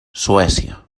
suècia